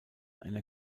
einer